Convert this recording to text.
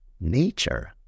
Nature